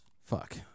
Fuck